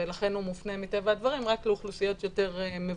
ולכן הוא מופנה מטבע הדברים רק לאוכלוסיות יותר מבוססות.